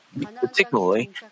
Particularly